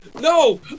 No